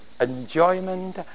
enjoyment